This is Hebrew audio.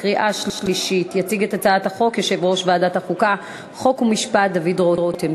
הצעת החוק חוזרת לדיון בוועדת החינוך,